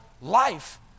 life